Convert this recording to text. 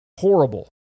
horrible